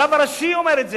הרב הראשי אומר את זה.